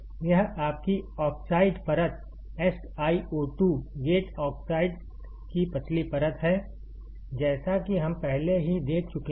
यह आपकी ऑक्साइड परत SiO2 गेट ऑक्साइड की पतली परत है जैसा कि हम पहले ही देख चुके हैं